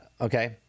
okay